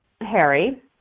Harry